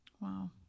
Wow